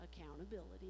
accountability